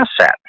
asset